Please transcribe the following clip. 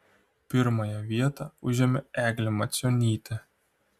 pirmąją vietą užėmė eglė macionytė